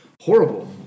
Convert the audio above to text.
horrible